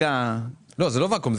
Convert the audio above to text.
זה לא ואקום,